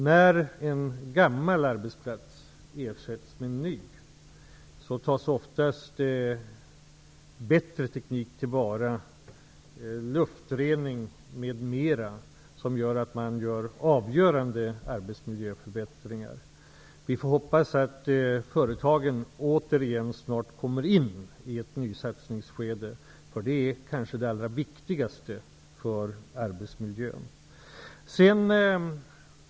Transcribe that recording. När en gammal arbetsplats ersätts med en ny tas oftast bättre teknik till vara, luftrening m.m., som innebär avgörande arbetsmiljöförbättringar. Vi får hoppas att företagen återigen snart kommer in i ett nysatsningsskede, eftersom det kanske är det allra viktigaste för arbetsmiljön.